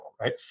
right